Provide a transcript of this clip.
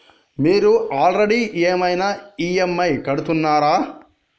మీరు ఆల్రెడీ ఏమైనా ఈ.ఎమ్.ఐ కడుతున్నారా?